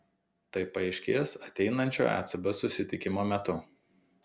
tai paaiškės ateinančio ecb susitikimo metu